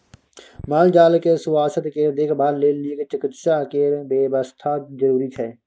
माल जाल केँ सुआस्थ केर देखभाल लेल नीक चिकित्सा केर बेबस्था जरुरी छै